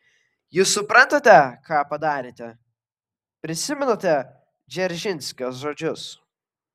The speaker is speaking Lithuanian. jūs suprantate ką padarėte prisimenate dzeržinskio žodžius